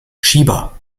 schieber